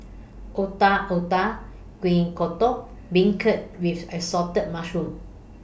Otak Otak Kuih Kodok Beancurd with Assorted Mushrooms